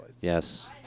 yes